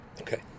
Okay